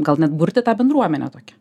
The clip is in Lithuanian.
gal net burti tą bendruomenę tokią